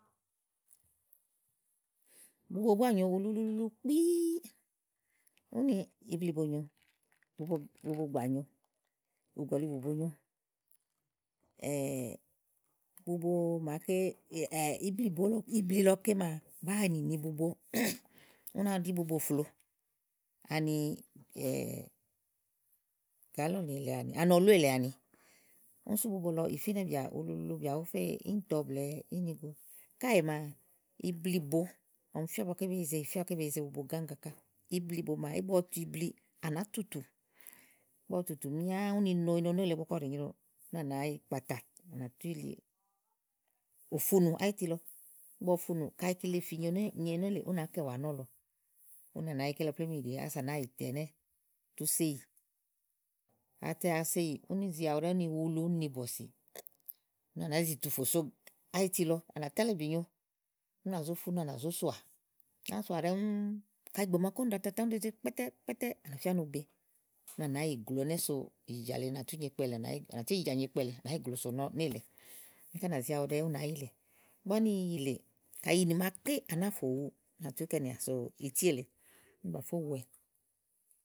Bubo búa nyòo uluulu kpíí, úni ibli bo nyòo ì bo ì buba gbàa nyòo ùgɔ̀li bùbo nyo ibli lɔ maa ké ibli bo ké maa bàáa nì ni bubo, ú náa ɖi bubo flòo ani gàálɔ̀nì èle, ani ɔlú èle àni. Úni sú bubo lɔ ì finɛbìa, uluulu bìa bùú fe íìntɔ blè ínigo, káèè maa, iblibo ɔm fía igbɔ ké be yize, ì fìa igbɔ ké be yize bubo gáŋga ká iblibo igbɔ ɔ tu ilɔli, à ná tùtù, ígbɔ ɔ tùtù míá inonólèe igbɔ ke ɔ ɖèe nyréwu úni à ná yi kpàtà, à nà tù yili õfunù áyiti lɔ igbɔ ɔfunù, kàyi kile fìinye nyo né ye nélèe ú nàá kɛ̀ wa tu so ìyì, atɛ oso ìyì úni ún zi aɖu ɖɛɛ́ ún ni bɔ̀sì, úni à ná zi tu tò so áyiti lɔ úni à sòà tálɛ̀ ìbìnyo, ú nà zo tu úni à nà zò sòà à ná sòà ɖɛ́ɛ́ŋ, kàyi ìgbè màa kún ɖàa tata ún ɖèe ze kpɛ́tɛ́kpɛ́tɛ́ àlafía nì ù be, úni à ná yi glo ne so ìjìjàlèe à nà tú nyo ikpɛ lèe nà nynà tú ìjìjàlèe ikpɛ lèe, nà nyi glo so no ne lèe; ú ká nàá izi èle úni yilè igbɔ úni yilè kàyi yinì màa ké áná fò wu à nà tu kɛ̀ nìà so iti èle úni bà fó wúuwɛ.